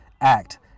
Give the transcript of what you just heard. act